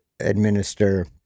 Administer